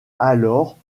alors